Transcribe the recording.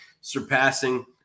surpassing